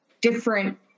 different